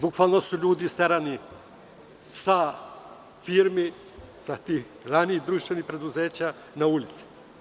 Bukvalno su ljudi isterani iz firmi, iz ranijih društvenih preduzeća na ulice.